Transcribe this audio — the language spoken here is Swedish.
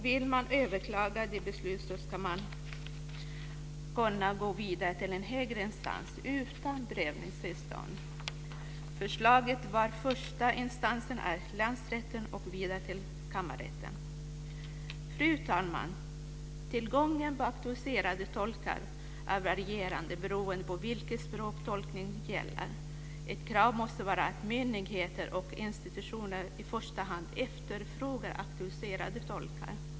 Vill man överklaga det beslutet ska man kunna gå vidare till en högre instans utan prövningstillstånd. Förslaget var att första instans är länsrätten, och sedan kan man överklaga vidare till kammarrätten. Fru talman! Tillgången på auktoriserade tolkar är varierande beroende på vilket språk tolkningen gäller. Ett krav måste vara att myndigheter och institutioner i första hand efterfrågar auktoriserade tolkar.